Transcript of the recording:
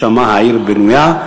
/ שמה העיר בנויה".